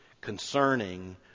concerning